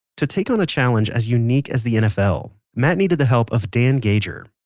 to take on a challenge as unique as the nfl, matt needed the help of dan gauger.